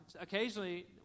occasionally